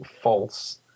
false